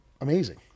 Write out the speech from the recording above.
amazing